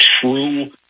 true